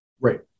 Right